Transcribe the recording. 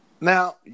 Now